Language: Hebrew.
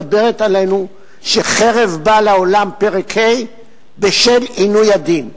מדברת אלינו ואומרת שחרב באה לעולם בשל עינוי הדין,